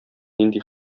нинди